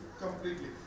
completely